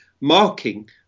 marking